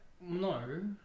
No